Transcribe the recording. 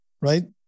right